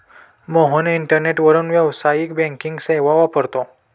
मोहन इंटरनेटवरून व्यावसायिक बँकिंग सेवा वापरतो